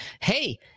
hey